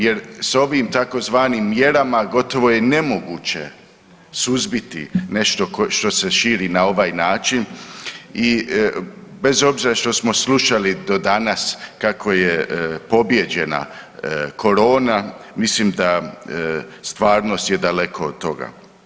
Jer s ovim tzv. mjerama gotovo je nemoguće suzbiti nešto što se širi na ovaj način i bez obzira što smo slušali do danas kako je pobijeđena korona, mislim da stvarnost je daleko od toga.